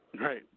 Right